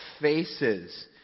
faces